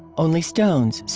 only stones.